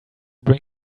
bring